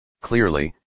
Clearly